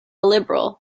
liberal